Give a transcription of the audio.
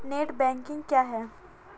Net banking क्या है?